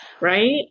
right